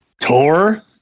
tour